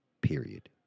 period